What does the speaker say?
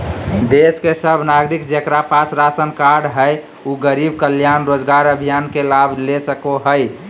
देश के सब नागरिक जेकरा पास राशन कार्ड हय उ गरीब कल्याण रोजगार अभियान के लाभ ले सको हय